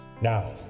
Now